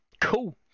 Cool